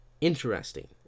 interesting